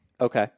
Okay